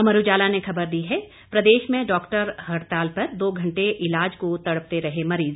अमर उजाला ने खबर दी है प्रदेश में डॉक्टर हड़ताल पर दो घंटे इलाज को तड़पते रहे मरीज